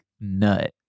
nut